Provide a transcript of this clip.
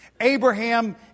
Abraham